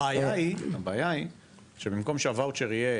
הבעיה היא שבמקום שהוואוצ'ר יהיה